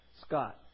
Scott